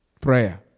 Prayer